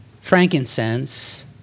frankincense